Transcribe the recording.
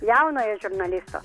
jaunojo žurnalisto